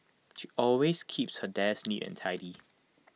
she always keeps her desk neat and tidy